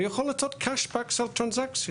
הוא יכול לעשות cash back על טרנזקציות,